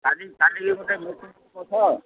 କାଲିିକି ଗୋଟେ ଲୋକକୁ ପଠାଓ